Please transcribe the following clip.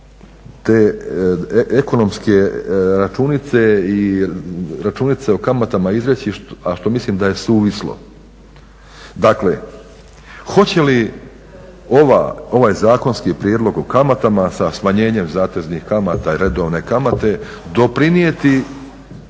te ekonomske računice i računice o kamatama izreći a što mislim da je suvislo. Dakle, hoće li ovaj zakonski prijedlog o kamatama sa smanjenjem zateznih kamata i redovne kamate doprinijeti